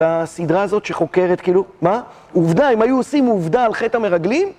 הסדרה הזאת שחוקרת כאילו, מה, עובדה אם היו עושים עובדה על חטא המרגלים